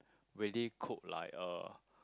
really cook like uh